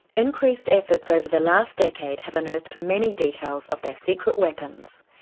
increased efforts over the last decade have unearthed many details of their secret weapons,